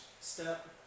step